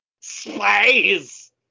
Space